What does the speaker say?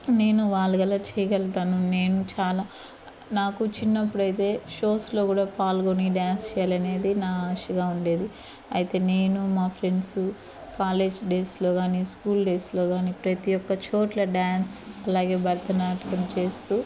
నేను వాళ్ళ గల చేయగలుగుతాను నేను చాలా నాకు చిన్నప్పుడైతే షోస్లో కూడా పాల్గొని డ్యాన్స్ చేయాలి అనేది నా ఆశగా ఉండేది అయితే నేను మా ఫ్రెండ్సు కాలేజ్ డేస్లో కానీ స్కూల్ డేస్లో కానీ ప్రతీ ఒక్క చోట్ల డ్యాన్స్ అలాగే భరతనాట్యం చేస్తూ